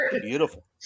beautiful